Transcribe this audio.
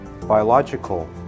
biological